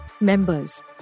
members